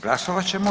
Glasovat ćemo.